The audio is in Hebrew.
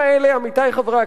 עמיתי חברי הכנסת,